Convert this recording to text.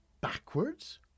backwards